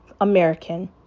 American